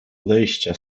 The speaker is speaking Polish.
odejścia